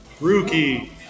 Rookie